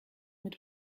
mit